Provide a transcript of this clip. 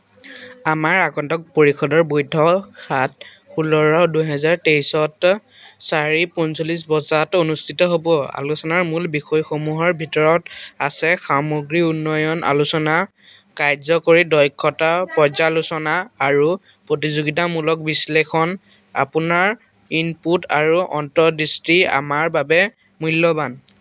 আমাৰ আগন্তুক পৰিষদৰ বৈঠক সাত ষোল্ল দুহেজাৰ তেইছত চাৰি পঞ্চল্লিছ বজাত অনুষ্ঠিত হ'ব আলোচনাৰ মূল বিষয়সমূহৰ ভিতৰত আছে সামগ্ৰী উন্নয়ন আলোচনা কাৰ্য্যকৰী দক্ষতা পৰ্যালোচনা আৰু প্ৰতিযোগিতামূলক বিশ্লেষণ আপোনাৰ ইনপুট আৰু অন্তৰ্দৃষ্টি আমাৰ বাবে মূল্যৱান